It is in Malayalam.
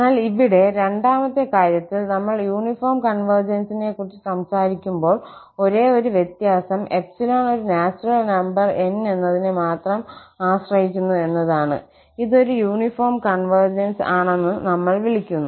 എന്നാൽ ഇവിടെ രണ്ടാമത്തെ കാര്യത്തിൽ നമ്മൾ യൂണിഫോം കോൺവെർജന്സിനെക്കുറിച്ച് സംസാരിക്കുമ്പോൾ ഒരേയൊരു വ്യത്യാസം ∃ ഒരു നാച്ചുറൽ നമ്പർ 𝑁 എന്നതിനെ മാത്രം ആശ്രയിക്കുന്നു എന്നതാണ് ഇത് ഒരു യൂണിഫോം കോൺവെർജൻസ് ആണെന്ന് നമ്മൾ വിളിക്കുന്നു